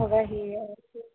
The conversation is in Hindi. वही और फिर